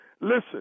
Listen